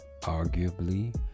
Arguably